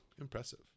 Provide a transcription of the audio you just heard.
Impressive